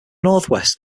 northwest